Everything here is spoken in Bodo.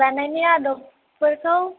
जानायनि आदबफोरखौ